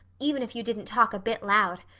even if you didn't talk a bit loud.